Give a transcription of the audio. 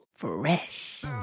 fresh